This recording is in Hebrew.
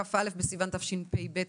כ"א בסיון התשפ"ב,